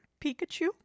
pikachu